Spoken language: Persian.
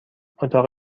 اتاق